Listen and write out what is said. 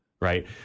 right